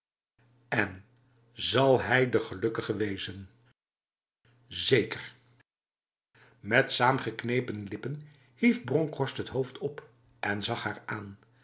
en zal hij de gelukkige wezen zekef met saamgeknepen lippen hief bronkhorst het hoofd op en zag haar aan